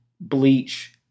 Bleach